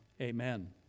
amen